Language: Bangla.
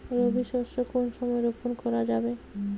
রবি শস্য কোন সময় রোপন করা যাবে?